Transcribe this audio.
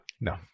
no